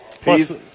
plus